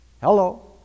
Hello